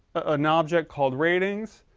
an object called ratings.